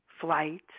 flight